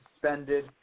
suspended